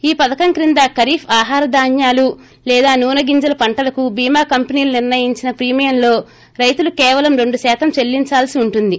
ఈ పథకం కింద ఖరీఫ్ ఆహార ధాన్నాలు లేదా నూసె గింజల పంటలకు బీమా కంపెనీలు నిర్ణయించిన ప్రీమియంలో ్రైతులు కేవలం రెండు శాతం చెల్లించాల్సి ఉంటుంది